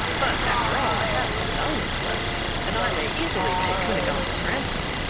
but after all, i have some diamonds left and i may easily pay cunegonde's ransom.